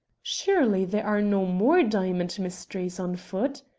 surely there are no more diamond mysteries on foot!